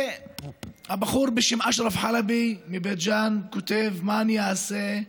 בחור בשם אשרף חלבי מבית ג'ן כותב: מה אני אעשה?